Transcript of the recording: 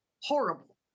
horrible